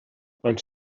quan